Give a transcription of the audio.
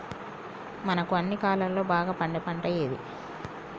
మనకు అన్ని కాలాల్లో బాగా పండే పంట ఏది?